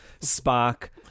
Spark